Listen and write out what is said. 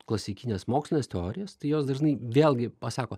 klasikines mokslines teorijas tai jos dažnai vėlgi pasako